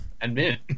Admit